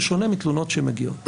בשונה מתלונות שמגיעות.